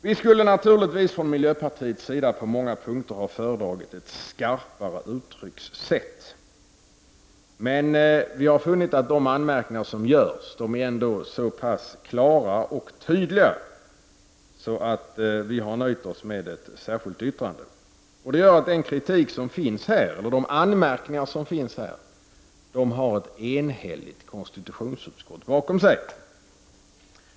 Vi skulle naturligtvis från miljöpartiets sida på många punkter ha föredragit ett skarpare uttryckssätt, men vi har funnit att de anmärkningar som görs ändå är så pass klara och tydliga att vi har nöjt oss med ett särskilt yttrande. Det gör att den kritik som finns här och de anmärkningar som finns här har ett enhälligt konstitutionsutskott bakom sig.